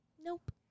Nope